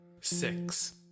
six